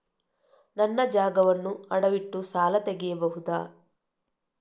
ನನ್ನ ಜಾಗವನ್ನು ಅಡವಿಟ್ಟು ಸಾಲ ತೆಗೆಯಬಹುದ?